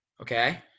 okay